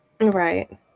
Right